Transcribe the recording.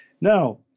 Now